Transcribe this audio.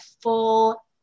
full